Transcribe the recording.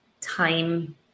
time